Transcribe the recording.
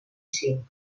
cinc